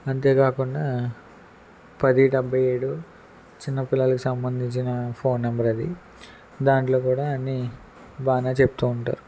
అంతే కాకుండా పది డెబ్బై ఏడు చిన్న పిల్లలకి సంబంధించిన ఫోన్ నెంబర్ అది దాంట్లో కూడా అన్ని బాగానే చెప్తూ ఉంటారు